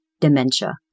dementia